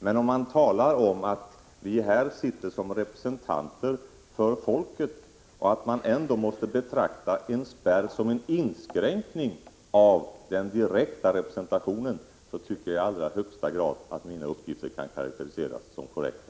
Men om man talar om att vi sitter här som representanter för folket och man ändå måste betrakta en spärr som en inskränkning av den direkta representationen, då tycker jag att mina uppgifter i allra högsta grad kan karakteriseras som korrekta.